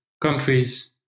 countries